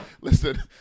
Listen